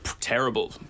Terrible